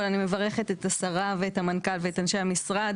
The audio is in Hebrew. כל אני מברכת את השרה והמנכ"ל ואת אנשי המשרד,